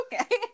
okay